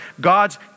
God's